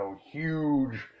huge